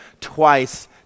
twice